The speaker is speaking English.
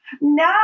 No